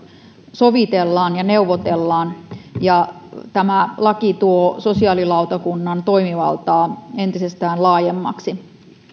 sovitellaan ja neuvotellaan ja tämä laki tuo sosiaalilautakunnan toimivaltaa entisestään laajemmaksi